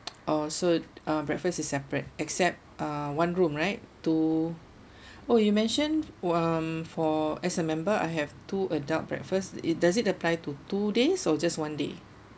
oh so uh breakfast is separate except uh one room right two oh you mentioned um for as a member I have two adult breakfast it does it apply to two days or just one day